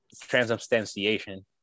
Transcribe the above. transubstantiation